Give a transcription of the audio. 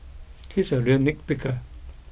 he is a real nitpicker